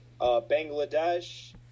bangladesh